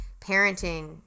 parenting